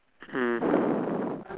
mm